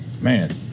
Man